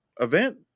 event